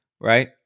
right